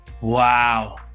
Wow